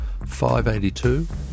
582